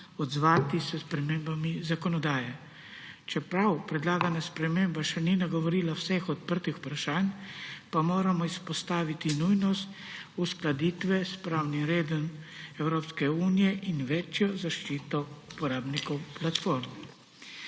odzvati s spremembami zakonodaje. Čeprav predlagana sprememba še ni nagovorila vseh odprtih vprašanj, pa moramo izpostaviti nujnost uskladitve s pravnim redom Evropske unije in večjo zaščito uporabnikov platform.